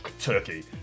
turkey